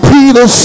Peter